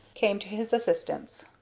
came to his assistance.